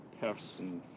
person